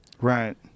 Right